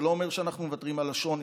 זה לא אומר שאנחנו מוותרים על השוני,